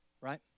right